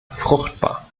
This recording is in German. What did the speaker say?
fruchtbar